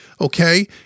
Okay